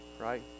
right